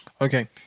Okay